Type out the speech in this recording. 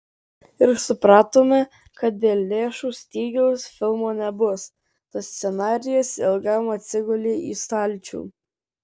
ir supratome kad dėl lėšų stygiaus filmo nebus tad scenarijus ilgam atsigulė į stalčių